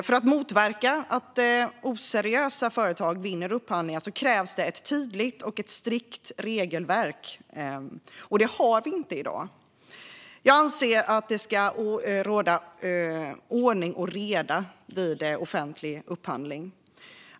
För att motverka att oseriösa företag vinner upphandlingar krävs det ett tydligt och strikt regelverk för offentlig upphandling, och det har vi inte i dag. Jag anser att det ska råda ordning och reda vid offentlig upphandling.